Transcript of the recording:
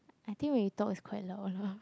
I think we talk is quite loud lah